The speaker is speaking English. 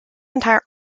entire